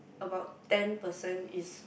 about ten percent is